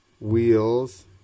wheels